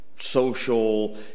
social